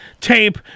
tape